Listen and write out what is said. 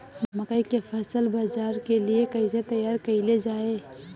मकई के फसल बाजार के लिए कइसे तैयार कईले जाए?